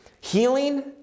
Healing